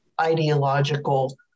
ideological